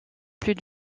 plus